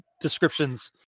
descriptions